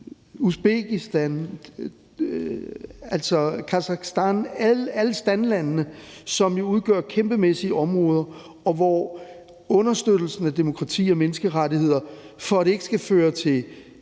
Usbekistan, Kasakhstan, alle »stan«-landene, som udgør kæmpemæssige områder, og hvor understøttelsen af demokrati og menneskerettigheder, for at det ikke skal føre til nye krige,